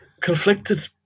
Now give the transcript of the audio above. Conflicted